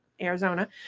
Arizona